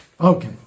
Okay